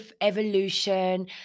evolution